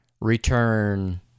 return